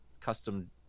custom